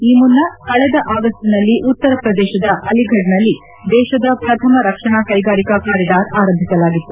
ಈ ಮುನ್ನ ಕಳೆದ ಆಗಸ್ಟ್ನಲ್ಲಿ ಉತ್ತರ ಪ್ರದೇಶದ ಅಲಿಗಢ್ನಲ್ಲಿ ದೇಶದ ಪ್ರಥಮ ರಕ್ಷಣಾ ಕ್ಲೆಗಾರಿಕಾ ಕಾರಿಡಾರ್ ಆರಂಭಿಸಲಾಗಿತ್ತು